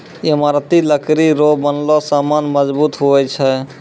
ईमारती लकड़ी रो बनलो समान मजबूत हुवै छै